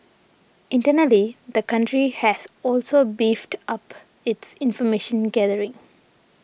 internally the country has also beefed up its information gathering